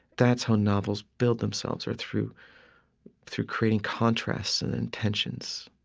that's how novels build themselves, are through through creating contrasts and intentions,